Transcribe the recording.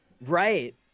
Right